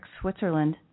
Switzerland